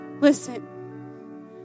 Listen